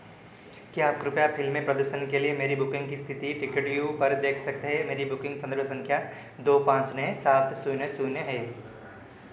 क्या आप कृपया फ़िल्मे प्रदर्शन के लिए मेरी बुकिंग की स्थिति टिकेटव्यू पर देख सकते है मेरी बुकिंग संदर्भ संख्या दो पाँच नौ सात शून्य शून्य है